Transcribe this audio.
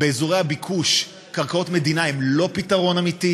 באזורי הביקוש קרקעות מדינה הן לא פתרון אמיתי,